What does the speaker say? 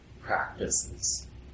practices